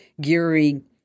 gearing